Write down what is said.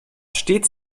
stets